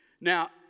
now